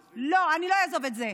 לא, לא, אני לא אעזוב את זה.